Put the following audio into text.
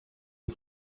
aho